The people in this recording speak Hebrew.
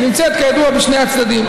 שנמצאת כידוע בשני הצדדים,